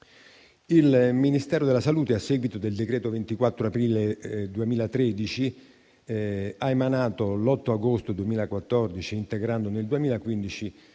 Il Ministero della salute, a seguito del decreto 24 aprile 2013, ha emanato l'8 agosto 2014, integrandole nel 2015,